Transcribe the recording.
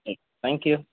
thank you